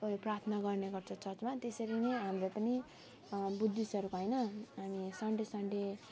एउटा प्रार्थना गर्ने गर्छ चर्चमा त्यसरी नै हाम्रो पनि बुद्धिस्टरूको होइन अनि सन्डे सन्डे